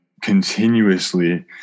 continuously